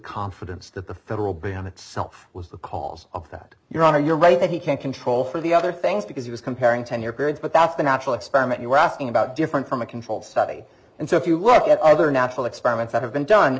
confidence that the federal ban itself was the cause of that your honor you're right that he can't control for the other things because he was comparing ten year periods but that's the natural experiment you were asking about different from a controlled study and so if you look at other natural experiments that have been done